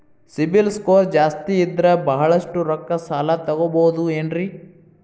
CIBIL score ಜಾಸ್ತಿ ಇದ್ರ ಬಹಳಷ್ಟು ರೊಕ್ಕ ಸಾಲ ತಗೋಬಹುದು ಏನ್ರಿ?